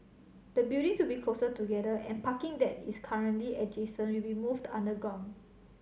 the buildings will be closer together and parking that is currently adjacent will be moved underground